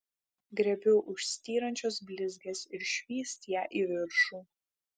griebiu už styrančios blizgės ir švyst ją į viršų